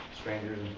strangers